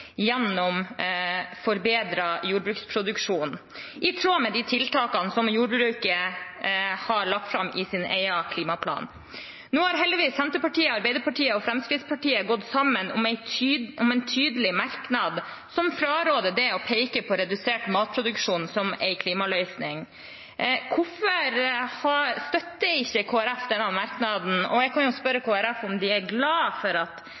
gjennom forbedret jordbruksproduksjon, i tråd med de tiltakene som jordbruket har lagt fram i sin egen klimaplan. Nå har heldigvis Senterpartiet og Arbeiderpartiet og Fremskrittspartiet gått sammen om en tydelig merknad som fraråder det å peke på redusert matproduksjon som en klimaløsning. Hvorfor støtter ikke Kristelig Folkeparti denne merknaden? Og jeg kan jo spørre Kristelig Folkeparti om de er glade for at